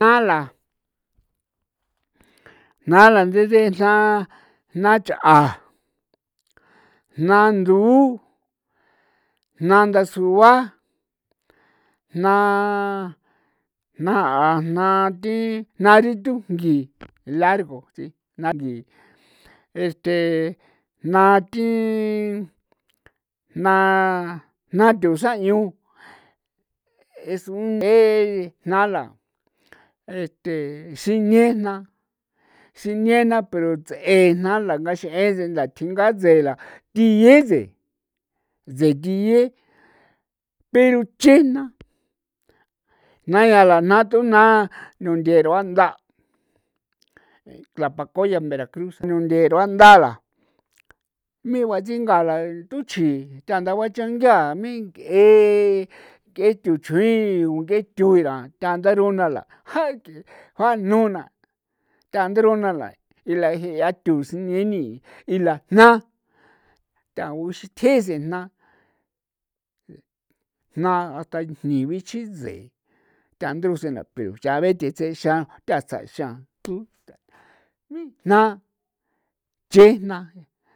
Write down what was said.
Jna la ndide'e jna la jna cha'a jna ndu'u jna ndasua jna jna jna thi jna rithunkji largo si jna ngji este jna thi jna jna thusan 'ñu es un je nala este sine jna sine na pero ts'e na la ngaxeen ntha thji ngaa tse'e la thie tse este thie pero che jna jna yaa la tun jna nuntheruanda' tlapacoyan veracruz nunthe ruanda ra migua tsinga la thuchjin ta nda banchiangia mee nke'e nke'e thuchjuin nk'e tuñira tanda runa la ja ke'e ja nuna jandruna la i la jia'a thu sineni y lajna thau thi sithje xijna jna hasta jni bichji tse tanda rusen nthatsan xan mee jna chi jna.